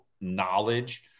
knowledge